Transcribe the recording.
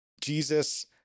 Jesus